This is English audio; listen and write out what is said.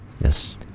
yes